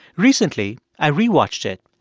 recently, i rewatched it,